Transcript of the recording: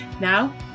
Now